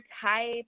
type